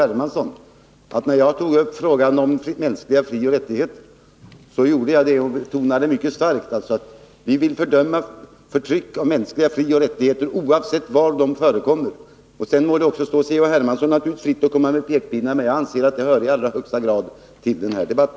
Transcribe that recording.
Hermansson, att när jag tog upp frågan om mänskliga frioch rättigheter, betonade jag mycket starkt att vi vill fördöma förtryck av mänskliga frioch rättigheter oavsett var de förekommer. Det må stå C.-H. Hermansson fritt att komma med pekpinnar. Jag anser dock att det jag sade i allra högsta grad hör till denna debatt.